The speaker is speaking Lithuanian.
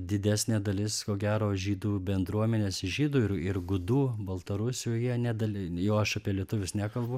didesnė dalis ko gero žydų bendruomenės žydų ir ir gudų baltarusių jie nedalin jau aš apie lietuvius nekalbu